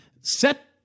set